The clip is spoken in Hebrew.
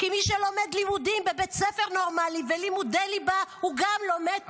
כי מי שלומד לימודים בבית ספר נורמלי ולימודי ליבה הוא גם לומד תורה.